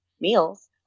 meals